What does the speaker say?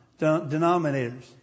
denominators